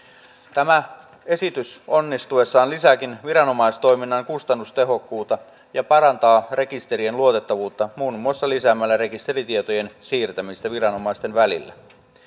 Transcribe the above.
tämä esitys onnistuessaan lisääkin viranomaistoiminnan kustannustehokkuutta ja parantaa rekisterien luotettavuutta muun muassa lisäämällä rekisteritietojen siirtämistä viranomaisten välillä